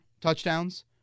touchdowns